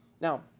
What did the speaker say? Now